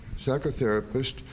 psychotherapist